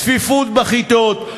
צפיפות בכיתות,